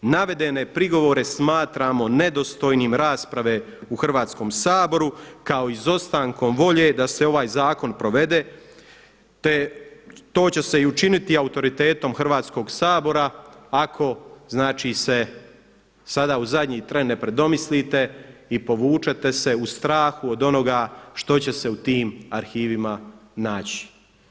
Navedene prigovore smatramo nedostojnim rasprave u Hrvatskom saboru kao izostankom volje da se ovaj zakon provede, te to će se i učiniti autoritetom Hrvatskog sabora ako znači se sada u zadnji tren ne predomislite i povučete se u strahu od onoga što će se u tim arhivima naći.